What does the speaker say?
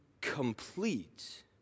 complete